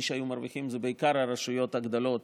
מי שהיו מרוויחים אלה בעיקר הרשויות הגדולות,